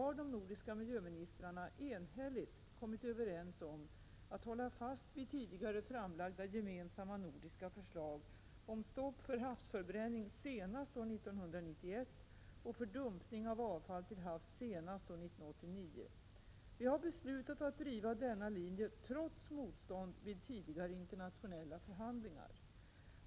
miljöministrarna enhälligt kommit överens om att hålla fast vid tidigare framlagda gemensamma nordiska förslag om stopp för havsförbränning senast år 1991 och för dumpning av avfall till havs senast år 1989. Vi har beslutat att driva denna linje trots motstånd vid tidigare internationella förhandlingar.